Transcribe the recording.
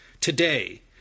Today